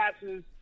passes